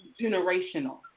generational